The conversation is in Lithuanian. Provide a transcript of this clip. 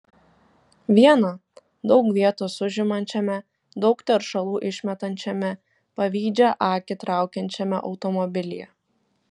viena daug vietos užimančiame daug teršalų išmetančiame pavydžią akį traukiančiame automobilyje